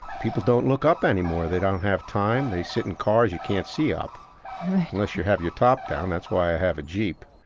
people don't look up anymore. they don't have time. they sit in cars, you can't see up right unless you have your top down. that's why i have a jeep,